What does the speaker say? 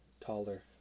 Taller